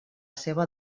seua